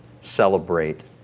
celebrate